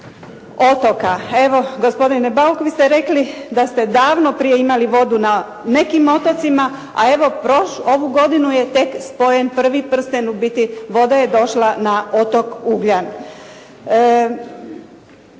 otoka. Evo gospodine Bauk vi ste rekli da ste davno prije imali vodu na nekim otocima, a evo ovu godinu je tek spojen prvi prsten, u biti voda je došla na otok Ugljan.